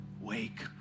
wake